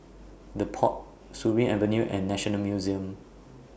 The Pod Surin Avenue and National Museum